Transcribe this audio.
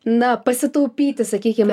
na pasitaupyti sakykime